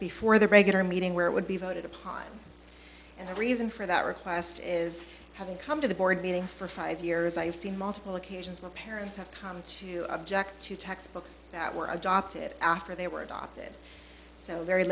before the regular meeting where it would be voted upon and the reason for that request is having come to the board meetings for five years i have seen multiple occasions where parents have come to object to textbooks that were adopted after they were adopted so very